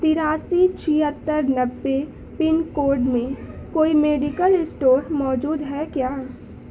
تراسی چھہتر نوے پن کوڈ میں کوئی میڈیکل اسٹور موجود ہے کیا